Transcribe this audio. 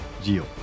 Gio